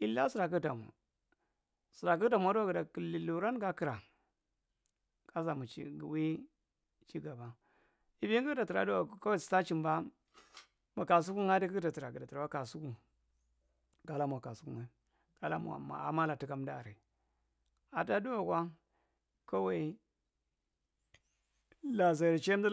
wlla’a sura tamwa, sirraa kugutamwa ɗhikuwa guda killi ruwran ga kira ku samudt chin ghwi chigaba evingu kuguta traaduwa kwa kawai su taa chimba makasuku’ ngae ɗi kuguta rea fidda tra kwa kasuku gala mwa kasukungae gala mwa. a’ammala tuka umɗu arrae aɗaaɗuwa kkna kawai laa zaure chin